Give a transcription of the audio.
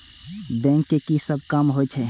Bank के की सब काम होवे छे?